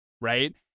right